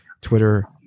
Twitter